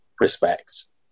respects